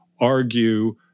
argue